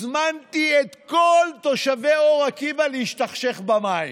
הזמנתי את כל תושבי אור עקיבא להשתכשך במים.